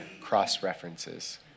cross-references